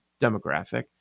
demographic